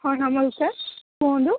ହଁ ହଁ ମଉସା କୁହନ୍ତୁ